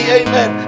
amen